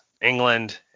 England